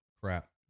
crap